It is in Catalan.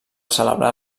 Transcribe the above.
celebrar